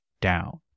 down